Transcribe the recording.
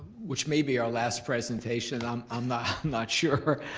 which may be our last presentation, i'm and not sure,